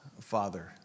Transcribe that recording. Father